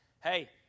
Hey